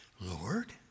Lord